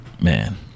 man